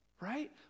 right